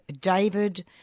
David